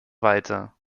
weiter